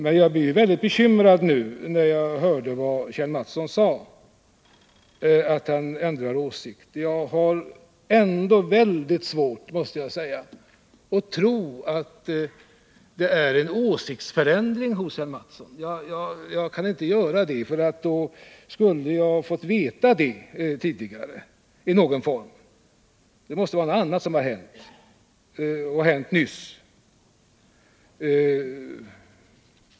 Men jag blev väldigt bekymrad nu, när jag hörde vad Kjell Mattsson sade — att han ändrat ståndpunkt. Jag har mycket svårt — jag måste säga det — att tro att det är fråga om en åsiktsförändring hos Kjell Mattsson. Jag kan inte tro det. I så fall borde jag ha fått veta det tidigare på något sätt. Det måste vara något annat som hänt — och hänt nyligen.